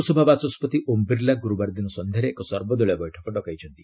ଲୋକସଭା ବାଚସ୍କତି ଓମ୍ ବିର୍ଲା ଗୁର୍ରବାର ଦିନ ସନ୍ଧ୍ୟାରେ ଏକ ସର୍ବଦଳୀୟ ବୈଠକ ଡକାଇଛନ୍ତି